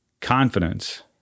confidence